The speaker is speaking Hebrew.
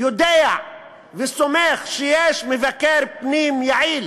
יודע וסומך שיש מבקר פנים יעיל